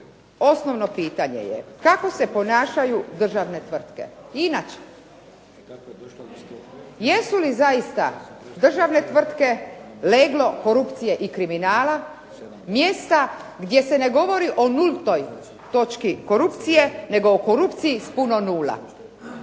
osnovno pitanje je kako se ponašaju državne tvrtke inače? Jesu li zaista državne tvrtke leglo korupcije i kriminala, mjesta gdje se ne govori o nultoj točki korupcije nego o korupciji s puno nula?